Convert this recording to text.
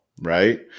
right